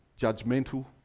judgmental